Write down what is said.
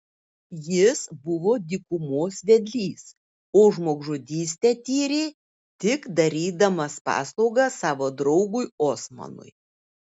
jis buvo dykumos vedlys o žmogžudystę tyrė tik darydamas paslaugą savo draugui osmanui